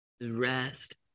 Rest